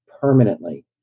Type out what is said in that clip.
permanently